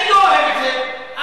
אני לא אוהב את זה,